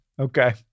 Okay